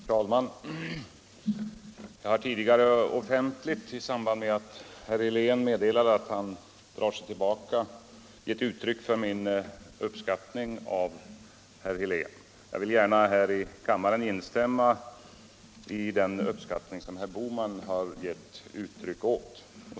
Herr talman! Jag har tidigare offentligt, i samband med att herr Helén meddelade att han drar sig tillbaka, gett uttryck för min uppskattning av herr Helén. Jag vill gärna här i kammaren instämma i den uppskattning som herr Bohman har gett uttryck åt.